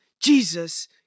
Jesus